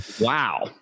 Wow